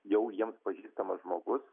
jau jiems pažįstamas žmogus